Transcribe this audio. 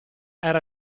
era